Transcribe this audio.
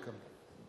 welcome.